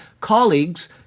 colleagues